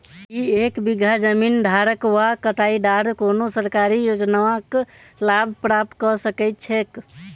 की एक बीघा जमीन धारक वा बटाईदार कोनों सरकारी योजनाक लाभ प्राप्त कऽ सकैत छैक?